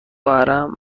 ورم